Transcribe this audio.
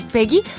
Peggy